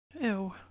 Ew